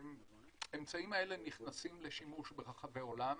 האמצעים האלה נכנסים לשימוש ברחבי העולם.